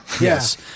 yes